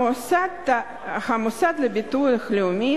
המוסד לביטוח לאומי